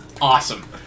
awesome